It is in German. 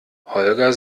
holger